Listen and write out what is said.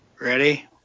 Ready